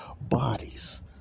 bodies